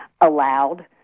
allowed